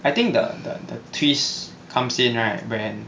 I think the the the twists comes in right when